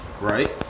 right